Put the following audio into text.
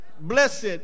Blessed